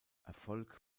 erfolg